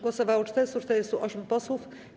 Głosowało 448 posłów.